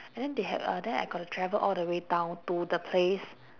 and then they had uh then I got to travel all the way down to the place